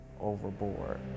overboard